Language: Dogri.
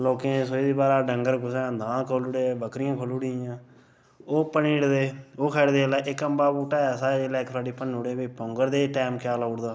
लोकें सोहे दी बाह्ऱै डंगर कुसै ने दांद खोह्ले दे कुसै ने बकरियां खोह्ली ओड़ी दियां ओह् भन्नी ओड़दे ओह् खाई ओड़दे इक अम्बे दा बूहटा ऐसा ऐ जेल्लै इक बारी भन्नी ओड़े ते फ्ही पौंगरने गी बड़ा टाइम लाई ओड़दा ऐ